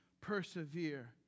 persevere